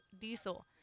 diesel